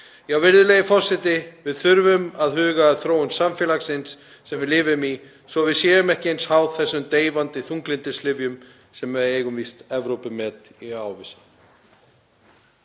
ganga. Virðulegi forseti. Við þurfum að huga að þróun samfélagsins sem við lifum í svo að við séum ekki eins háð þessum deyfandi þunglyndislyfjum sem við eigum víst Evrópumet í að ávísa.